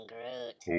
Groot